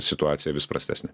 situacija vis prastesnė